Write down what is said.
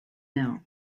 mill